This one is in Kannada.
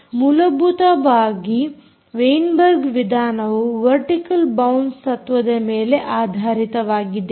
ಮೂಲಭೂತವಾಗಿ ವೆಯಿನ್ಬೆರ್ಗ್ ವಿಧಾನವು ವರ್ಟಿಕಲ್ ಬೌನ್ಸ್ ತತ್ವದ ಮೇಲೆ ಆಧಾರಿತವಾಗಿದೆ